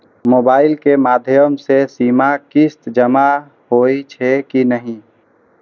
Mobile के माध्यम से सीमा किस्त जमा होई छै कि नहिं?